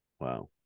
wow